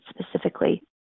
specifically